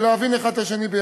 ולהבין האחד את השני.